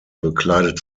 bekleidet